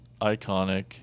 Iconic